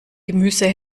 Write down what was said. gemüse